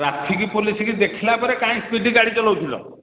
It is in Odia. ଟ୍ରାଫିକ୍ ପୋଲିସ୍କୁ ଦେଖିଲା ପରେ କାହିଁକି ସ୍ପିଡ୍ ଗାଡ଼ି ଚଲଉଥିଲ